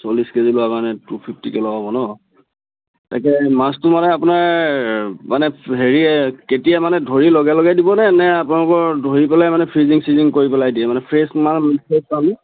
চল্লিছ কেজি লোৱাৰ কাৰণে টু ফিফ্টিকে লগাব ন তাকে মাছটো মানে আপোনাৰ মানে হেৰি কেতিয়া মানে ধৰি লগে লগে দিব নে আপোনালোকৰ ধৰি পেলাই ফ্ৰিজিং স্ৰিজিং কৰি পেলাই দিয়ে মানে ফ্ৰেছ মাল বিচাৰি পাম